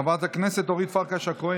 חברת הכנסת אורית פרקש הכהן,